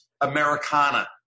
Americana